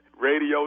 radio